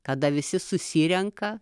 kada visi susirenka